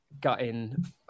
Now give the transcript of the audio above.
gutting